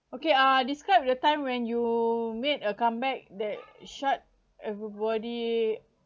okay uh describe the time when you made a comeback that shut everybody